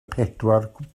pedwar